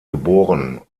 geboren